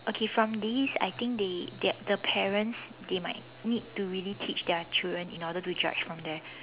okay from these I think they the parents they might need to really teach their children in order to judge from there